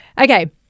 Okay